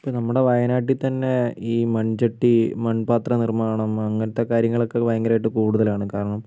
ഇപ്പം നമ്മുടെ വയനാട്ടിൽ തന്നെ ഈ മൺചട്ടി മൺപാത്ര നിർമ്മാണം അങ്ങനത്തെ കാര്യങ്ങളൊക്കെ ഭയങ്കരമായിട്ട് കൂടുതലാണ് കാരണം